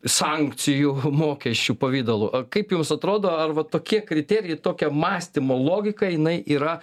sankcijų mokesčių pavidalu kaip jums atrodo ar va tokie kriterijai tokia mąstymo logika jinai yra